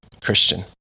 Christian